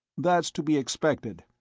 that's to be expected.